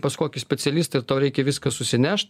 pas kokį specialistą ir tau reikia viskas susineš